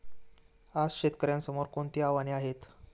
आज शेतकऱ्यांसमोर कोणती आव्हाने आहेत?